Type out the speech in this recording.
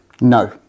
No